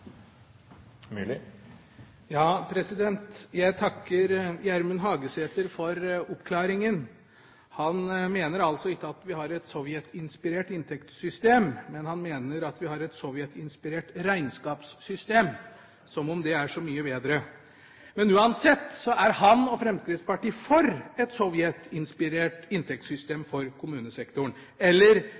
Jeg takker Gjermund Hagesæter for oppklaringen. Han mener altså ikke at vi har et sovjetinspirert inntektssystem, men han mener at vi har et sovjetinspirert regnskapssystem – som om det er så mye bedre! Men uansett er han og Fremskrittspartiet for et sovjetinspirert inntektssystem for kommunesektoren, eller